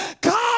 God